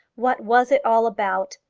what was it all about?